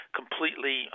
completely